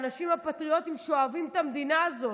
את האנשים הפטריוטיים שאוהבים את המדינה הזאת,